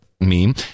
meme